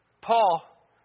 Paul